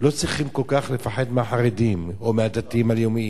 שלא צריכים כל כך לפחד מהחרדים או מהדתיים הלאומיים.